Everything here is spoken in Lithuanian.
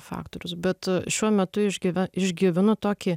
faktorius bet šiuo metu išgyven išgyvenu tokį